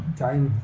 time